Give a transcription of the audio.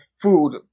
food